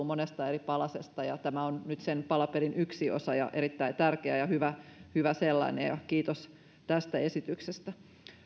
monesta eri palasesta ja tämä on nyt sen palapelin yksi osa ja erittäin tärkeä ja hyvä hyvä sellainen ja kiitos tästä esityksestä